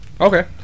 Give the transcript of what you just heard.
Okay